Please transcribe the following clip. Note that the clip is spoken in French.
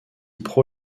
pro